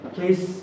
Please